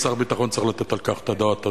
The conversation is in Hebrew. ושר הביטחון צריך לתת על כך את הדעת.